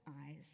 eyes